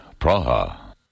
Praha